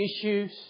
issues